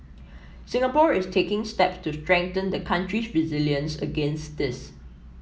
Singapore is taking steps to strengthen the country's resilience against this